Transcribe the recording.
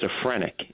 schizophrenic